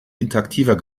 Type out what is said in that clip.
interaktiver